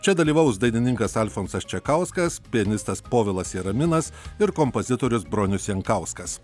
čia dalyvaus dainininkas alfonsas čekauskas pianistas povilas jaraminas ir kompozitorius bronius jankauskas